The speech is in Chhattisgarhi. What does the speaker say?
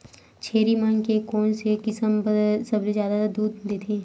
छेरी मन के कोन से किसम सबले जादा दूध देथे?